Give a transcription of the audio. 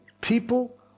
people